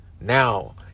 now